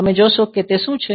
તમે જોશો કે તે શું છે